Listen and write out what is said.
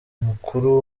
mukuru